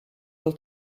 eaux